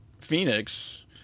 Phoenix